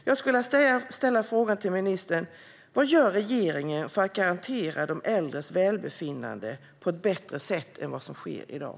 Jag vill fråga ministern: Vad gör regeringen för att garantera de äldres välbefinnande på ett bättre sätt än vad som sker i dag?